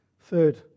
third